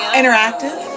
interactive